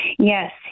Yes